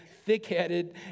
thick-headed